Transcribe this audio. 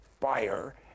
fire